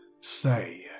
stay